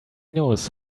knows